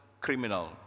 criminal